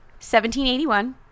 1781